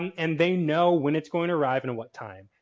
and they know when it's going to arrive and at what time.